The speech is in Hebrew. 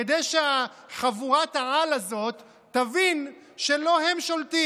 כדי שחבורת-העל הזאת תבין שלא היא שולטת?